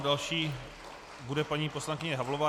Další bude paní poslankyně Havlová.